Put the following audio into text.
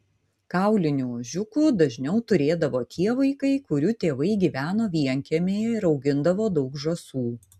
kaulinių ožiukų dažniau turėdavo tie vaikai kurių tėvai gyveno vienkiemyje ir augindavo daug žąsų